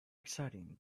exciting